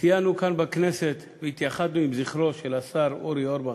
לא מזמן ציינו כאן בכנסת והתייחדנו עם זכרו של השר אורי אורבך,